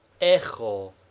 echo